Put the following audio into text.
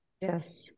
Yes